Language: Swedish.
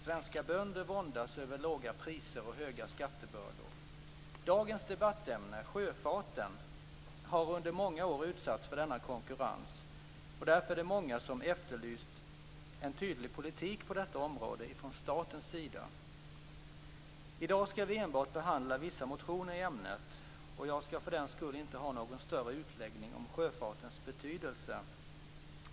Svenska bönder våndas över låga priser och höga skattebördor. Dagens debattämne, sjöfarten, har under många år utsatts för denna konkurrens, och därför är det många som efterlyst en tydlig politik på detta område från statens sida. I dag skall vi enbart behandla vissa motioner i ämnet, och jag skall för den skull inte ha någon större utläggning om sjöfartens betydelse.